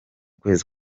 kwezi